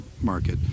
market